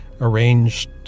arranged